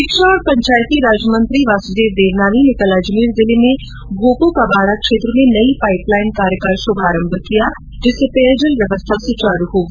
शिक्षा और पंचायतीराज राज्यमंत्री वासुदेव देवनानी ने कल अजमेर जिले के भौपों का बाड़ा क्षेत्र में नई पाईप लाईन कार्य का शुभारंभ किया जिससे पेयजल व्यवस्था सुचारू होगी